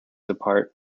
apart